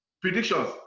Predictions